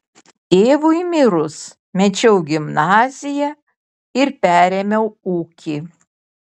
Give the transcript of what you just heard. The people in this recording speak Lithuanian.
tėvui mirus mečiau gimnaziją ir perėmiau ūkį